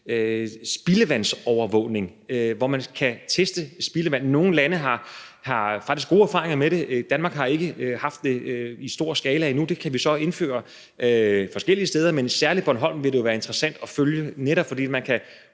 spildevandsovervågning, hvor man kan teste spildevand. Nogle lande har faktisk gode erfaringer med det. Danmark har ikke haft det i stor skala endnu. Det kan vi så indføre forskellige steder, men særlig på Bornholm vil det jo være interessant at følge, netop fordi man